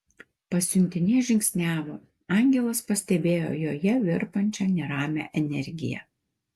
pasiuntinė žingsniavo angelas pastebėjo joje virpančią neramią energiją